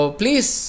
please